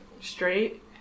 straight